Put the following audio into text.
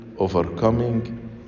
Overcoming